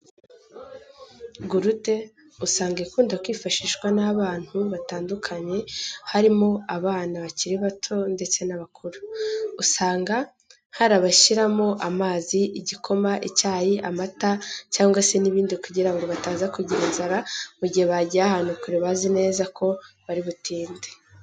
Gurude usanga ikunda kwifashishwa n'abantu batandukanye harimo abana bakiri bato ndetse n'abakuru. Usanga hari abayishyiramo amazi, igikoma, icyayi, amata cyangwa se n'ibindi kugira ngo bataza kugira inzara mu gihe bagiye ahantu kure bazi neza ko bari butinde.